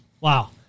Wow